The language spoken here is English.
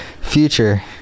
Future